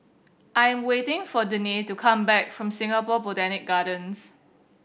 I'm waiting for Danae to come back from Singapore Botanic Gardens